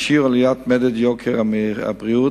בשיעור עליית מדד יוקר הבריאות